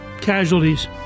casualties